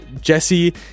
Jesse